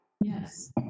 Yes